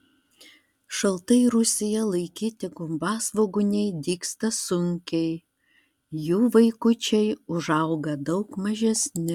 šaltai rūsyje laikyti gumbasvogūniai dygsta sunkiai jų vaikučiai užauga daug mažesni